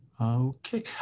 Okay